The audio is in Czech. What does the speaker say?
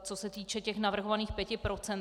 Co se týče těch navrhovaných pěti procent.